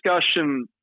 discussion